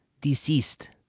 deceased